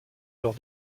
alors